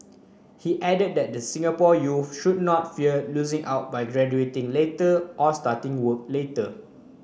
he added that the Singapore youths should not fear losing out by graduating later or starting work later